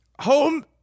Home